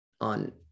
on